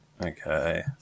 Okay